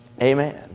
Amen